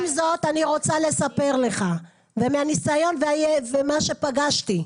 עם זאת אני רוצה לספר לך מהניסיון ומה שפגשתי,